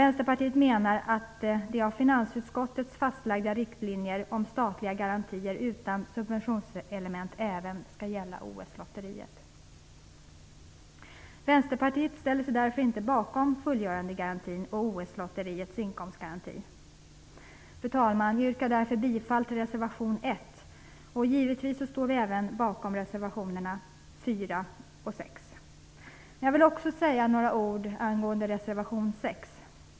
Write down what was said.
Vänsterpartiet menar att de av finansutskottet fastlagda riktlinjerna om statliga garantier utan subventionselement även skall gälla OS-lotteriet. Vänsterpartiet ställer sig därför inte bakom fullgörandegarantin och OS-lotteriets inkomstgaranti. Fru talman! Jag yrkar härmed bifall till reservation nr 1. Givetvis står vi också bakom reservationerna nr Jag vill också säga några ord angående reservation 6.